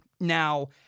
Now